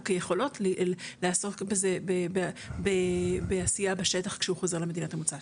כיכולות לעסוק בזה בעשייה בשטח כשהוא חוזר למדינת המוצא שלו.